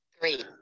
three